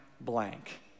blank